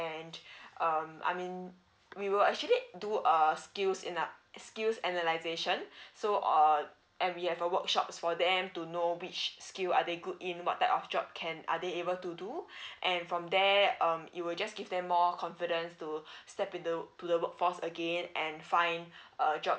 and um I mean we will actually do err skills in uh skill analysation so err and we have a workshops for them to know which skill are they good in what type of job can are they able to do and from there um it will just give them more confidence to step in the to the workforce again and find a job